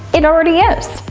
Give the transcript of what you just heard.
it already is.